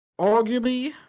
arguably